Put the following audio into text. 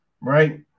right